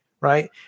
right